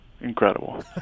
Incredible